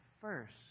first